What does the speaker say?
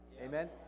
amen